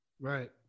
Right